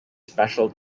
special